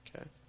Okay